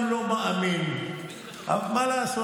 גם לא ייאמן וגם לא מאמין, מה לעשות.